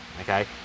Okay